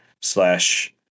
slash